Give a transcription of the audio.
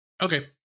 Okay